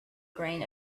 grain